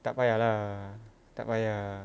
tak payah lah tak payah